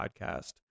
podcast